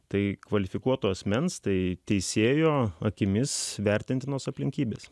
tai kvalifikuoto asmens tai teisėjo akimis vertintinos aplinkybės